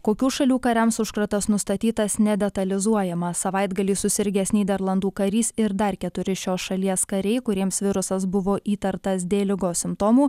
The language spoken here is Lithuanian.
kokių šalių kariams užkratas nustatytas nedetalizuojama savaitgalį susirgęs nyderlandų karys ir dar keturi šios šalies kariai kuriems virusas buvo įtartas dėl ligos simptomų